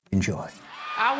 Enjoy